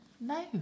No